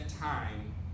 time